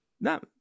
No